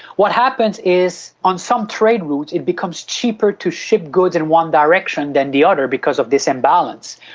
what happens is on some trade routes it becomes cheaper to ship goods in one direction than the other because of this imbalance,